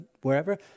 wherever